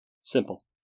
Simple